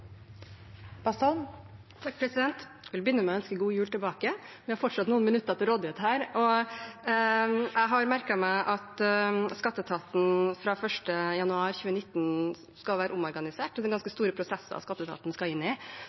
Jeg vil begynne med å ønske god jul tilbake. Vi har fortsatt noen minutter til rådighet her, og jeg har merket meg at skatteetaten fra 1. januar 2019 skal være omorganisert. Det er ganske store prosesser skatteetaten skal inn i.